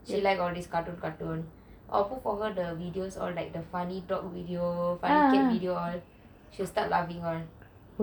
she like all this cartoon cartoon oh who forgot the videos all the funny dog videos funny cat videos all she would start laughing all